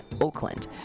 Oakland